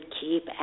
keep